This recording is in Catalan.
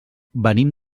venim